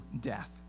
death